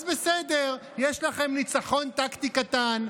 אז בסדר, יש לכם ניצחון טקטי קטן.